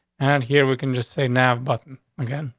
and here we can just say now, but again,